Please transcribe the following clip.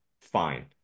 fine